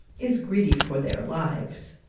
is greedy for their lives.